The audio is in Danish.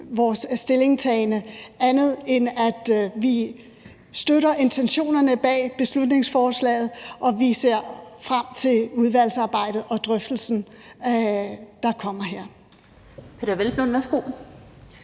vores stillingtagen, andet end at vi støtter intentionerne bag beslutningsforslaget, og at vi ser frem til udvalgsarbejdet og drøftelsen, der kommer her.